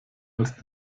als